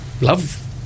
love